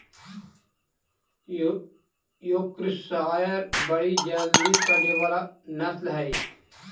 Yorkshire बड़ी जल्दी बढ़े वाला नस्ल हई